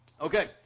Okay